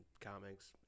comics